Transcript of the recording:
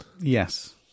Yes